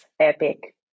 Epic